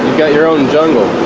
got your own jungle